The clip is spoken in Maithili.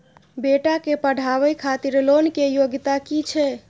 बेटा के पढाबै खातिर लोन के योग्यता कि छै